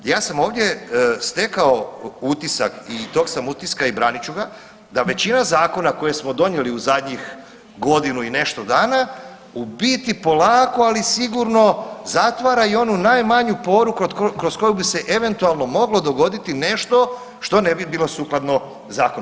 Ja sam ovdje stekao utisak i tog sam utiska i branit ću ga da većina zakona koje smo donijeli u zadnjih godinu i nešto dana u biti polako, ali sigurno zatvara i onu najmanju poru kroz koju bi se eventualno moglo dogoditi nešto što ne bi bilo sukladno zakonu.